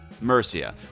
Mercia